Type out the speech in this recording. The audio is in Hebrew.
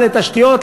לתשתיות,